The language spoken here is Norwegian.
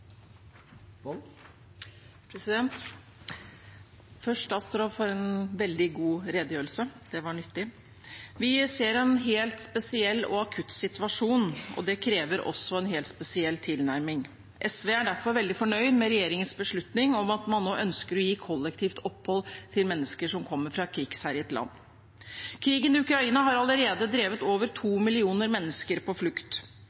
Først takk til statsråden for en veldig god redegjørelse. Det var nyttig. Vi ser en helt spesiell og akutt situasjon, og det krever også en helt spesiell tilnærming. SV er derfor veldig fornøyd med regjeringens beslutning om at man nå ønsker å gi kollektivt opphold til mennesker som kommer fra et krigsherjet land. Krigen i Ukraina har allerede drevet over to millioner mennesker på flukt,